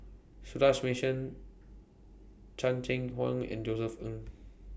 Sundaresh Menon Chan Chang How and Josef Ng